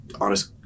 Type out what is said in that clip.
honest